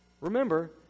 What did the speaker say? Remember